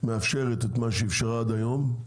ומאפשרת את מה שאפשרה עד היום,